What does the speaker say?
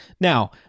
Now